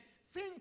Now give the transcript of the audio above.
sing